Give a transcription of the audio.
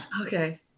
Okay